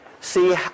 See